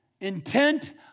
intent